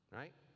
right